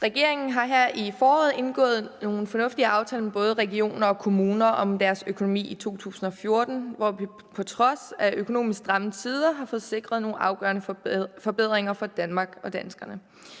Regeringen har her i foråret indgået nogle fornuftige aftaler med både regioner og kommuner om deres økonomi i 2014, hvor vi på trods af økonomisk stramme tider har fået sikret nogle afgørende forbedringer for Danmark og danskerne.